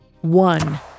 One